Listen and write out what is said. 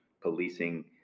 policing